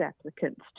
applicants